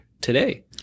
today